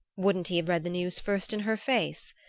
wouldn't he have read the news first in her face?